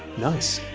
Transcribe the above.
nice.